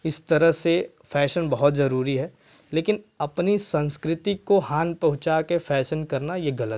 इस तरह से फैशन बहुत ज़रूरी है लेकिन अपनी संस्कृति को हानि पहुँचा के फैशन करना यह गलत होता है